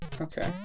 Okay